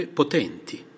potenti